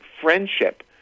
friendship